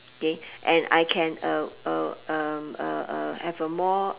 okay and I can uh uh um uh uh have a more